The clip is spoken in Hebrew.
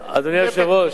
אדוני היושב-ראש,